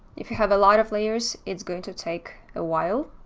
if you have a lot of layers, it's going to take a while